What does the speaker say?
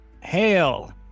Hail